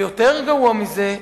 גרוע מזה,